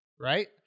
right